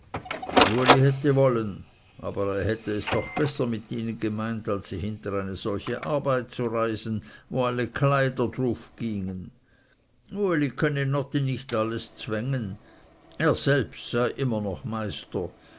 hätte wollen er aber hätte es doch besser mit ihnen gemeint als sie hinter eine solche arbeit zu reisen wo alle kleider drufgiengen uli könne notti nicht alles zwängen er sei selbst immer noch meister